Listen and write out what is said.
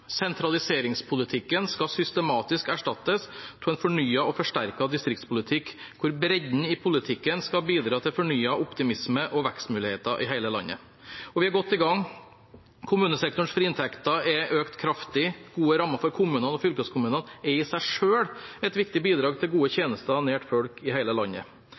Sentraliseringspolitikken skal systematisk erstattes av en fornyet og forsterket distriktspolitikk, hvor bredden i politikken skal bidra til fornyet optimisme og vekstmuligheter i hele landet. Vi er godt i gang. Kommunesektorenes frie inntekter er økt kraftig. Gode rammer for kommunene og fylkeskommunene er i seg selv et viktig bidrag til gode tjenester nær folk i hele landet.